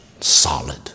solid